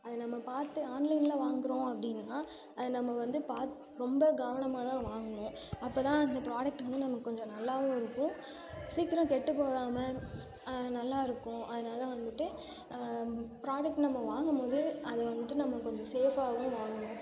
அது நம்ம பார்த்து ஆன்லைனில் வாங்குகிறோம் அப்படின்னுன்னா அதை நம்ம வந்து பாத்து ரொம்ப கவனமாக தான் வாங்கணும் அப்போ தான் அந்த ப்ராடக்ட்டு வந்து நமக்கு கொஞ்சம் நல்லாவும் இருக்கும் சீக்கிரம் கெட்டுப் போகாமல் நல்லாயிருக்கும் அதனால வந்துவிட்டு ப்ராடக்ட் நம்ம வாங்கும் போது அதை வந்துவிட்டு நம்ம கொஞ்சம் சேஃபாகவும் வாங்கணும்